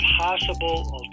possible